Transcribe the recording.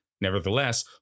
Nevertheless